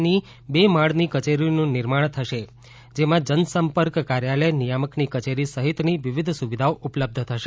ની બે માળની કચેરીનું નિર્માણ થશે જેમાં જનસંપર્ક કાર્યાલય નિયામકની કચેરી સહિતની વિવિધ સુવિધાઓ ઉપલબ્ધ થશે